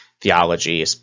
theology